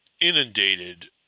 inundated